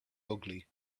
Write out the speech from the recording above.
ugly